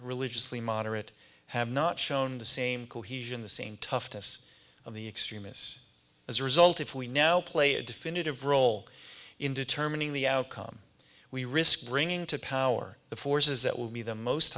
religiously moderate have not shown the same cohesion the same toughness of the extremists as a result if we now play a definitive role in determining the outcome we risk bringing to power the forces that will be the most